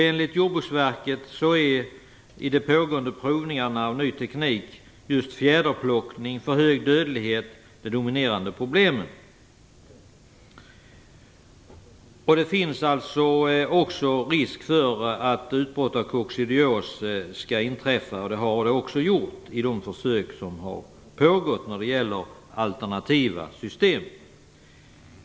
Enligt Jordbruksverket är fjäderplockning och för hög dödlighet de dominerande problemen i de pågående provningarna av ny teknik. Det finns också risk för att utbrott av koccidios skall inträffa, och det har det också gjort i de försök som har gjorts med alternativa system.